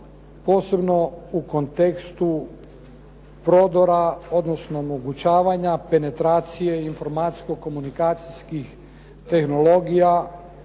posebno u kontekstu prodora odnosno omogućavanja penetracije informacijsko-komunikacijskih tehnologija